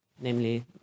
namely